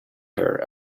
her